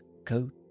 coat